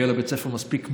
ויהיה לבית הספר מספיק מורים,